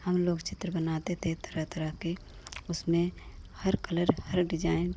हमलोग चित्र बनाते थे तरह तरह के उसमें हर कलर हर डिज़ाइन